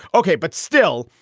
ok. but still,